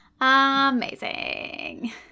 amazing